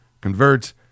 Converts